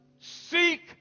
Seek